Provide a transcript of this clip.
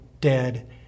dead